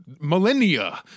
millennia